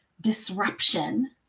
disruption